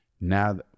Now